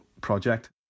project